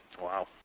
Wow